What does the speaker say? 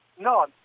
No